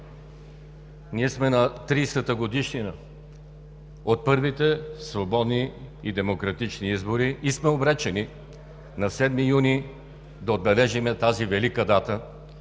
Ние сме на 30-ата годишнина от първите свободни и демократични избори и сме обречени на 7 юни да отбележим тази велика дата,